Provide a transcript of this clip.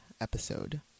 episode